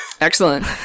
Excellent